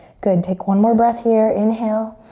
good, take one more breath here, inhale.